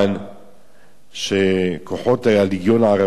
שכוחות הלגיון הערבי יכבשו את ההר